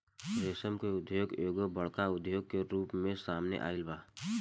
रेशम के उद्योग एगो बड़का उद्योग के रूप में सामने आइल बा